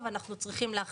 אנחנו הצרכנים רק